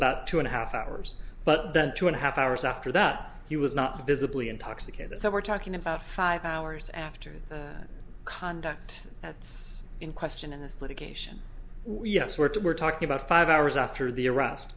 about two and a half hours but then two and a half hours after that he was not visibly intoxicated so we're talking about five hours after his contact that's in question in this litigation we have sort of we're talking about five hours after the arrest